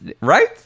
Right